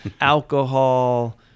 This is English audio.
alcohol